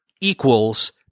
equals